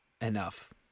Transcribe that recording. enough